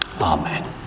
Amen